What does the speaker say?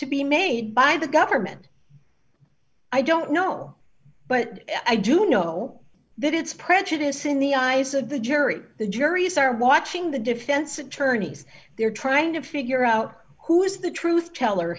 to be made by the government i don't know but i do know that it's prejudice in the eyes of the jury the juries are watching the defense attorneys they're trying to figure out who is the truth teller